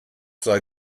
sei